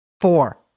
Four